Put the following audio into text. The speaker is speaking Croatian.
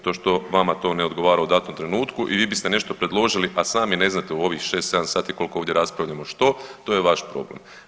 To što vama to ne odgovara u datom trenutku i vi biste nešto predložili, a sami ne znate u ovih 6-7 sati koliko ovdje raspravljamo što, to je vaš problem.